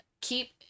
keep